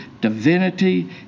divinity